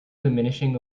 diminishing